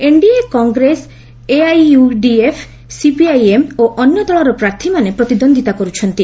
NDA Congress AIUDF CPIM ଓ ଅନ୍ୟ ଦଳର ପ୍ରାର୍ଥୀମାନେ ପ୍ରତିଦ୍ୱନ୍ଦିତା କରୁଛନ୍ତି